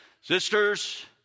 sisters